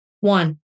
One